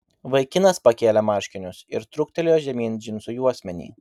vaikinas pakėlė marškinius ir truktelėjo žemyn džinsų juosmenį